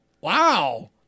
wow